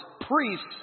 priests